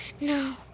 No